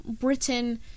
Britain